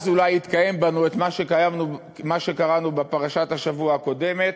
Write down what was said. אז אולי יתקיים בנו מה שקראנו בפרשת השבוע הקודמת: